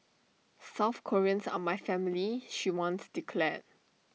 South Koreans are my family she once declared